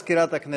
נמנעים.